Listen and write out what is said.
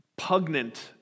pugnant